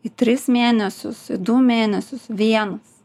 į tris mėnesius du mėnesius vienas